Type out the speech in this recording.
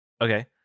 Okay